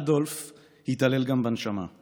אדולף התעלל גם בנשמה /